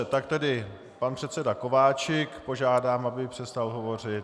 Tak tedy pan předseda Kováčik požádám, aby přestal hovořit.